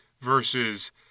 versus